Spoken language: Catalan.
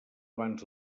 abans